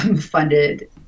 funded